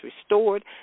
restored